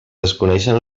desconeixen